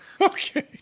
Okay